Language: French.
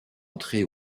entrée